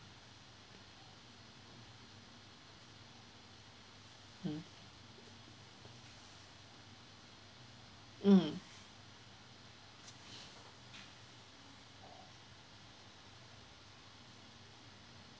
mm mm